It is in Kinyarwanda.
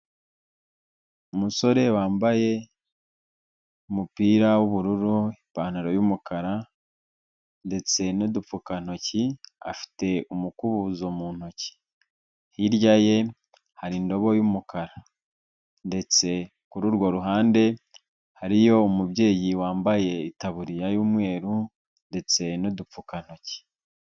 Umusore wambaye umupira w'ubururu ipantaro y'umukara ndetse n'udupfukantoki afite umukubuzo mu ntoki, hirya ye har'indobo y'umukara ndetse kurirwo ruhande hariyo umubyeyi wambaye itaburiya y'umweru ndetse n'udupfukantoki.